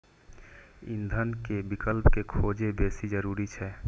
ईंधन के विकल्प के खोज बेसी जरूरी छै